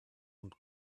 und